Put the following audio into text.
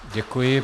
Děkuji.